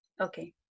Okay